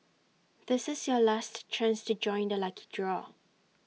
this is your last chance to join the lucky draw